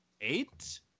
Eight